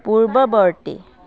পূৰ্ৱৱৰ্তী